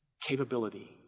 capability